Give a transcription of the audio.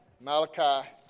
Malachi